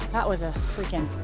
that was a freakin.